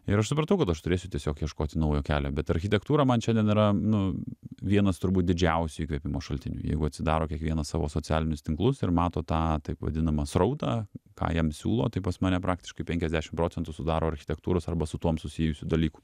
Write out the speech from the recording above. ir aš supratau kad aš turėsiu tiesiog ieškoti naujo kelio bet architektūra man šiandien yra nu vienas turbūt didžiausių įkvėpimo šaltinių jeigu atsidaro kiekvienas savo socialinius tinklus ir mato tą taip vadinamą srautą ką jam siūlo tai pas mane praktiškai penkiasdešim procentų sudaro architektūros arba su tuom susijusių dalykų